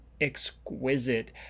exquisite